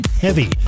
heavy